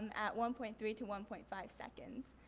and at one point three to one point five seconds.